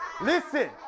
listen